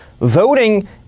Voting